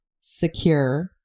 secure